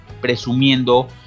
presumiendo